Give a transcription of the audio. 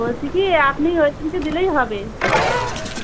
বলছি কি আপনি ওই দিনকে দিলেই হবে